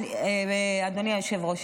אדוני היושב-ראש.